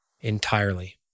entirely